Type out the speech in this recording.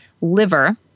liver